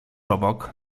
obok